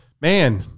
man